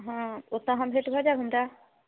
हँ ओतऽ हम भेट भऽ जाएब हमरा